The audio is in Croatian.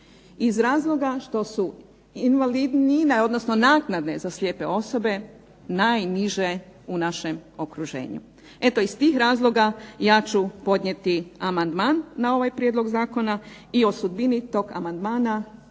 odnosno naknade za slijepe osobe najniže u našem okruženju. Eto iz tih razloga ja ću podnijeti amandman na ovaj prijedlog zakona i o sudbini tog amandman